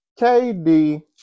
KD